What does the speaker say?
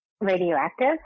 radioactive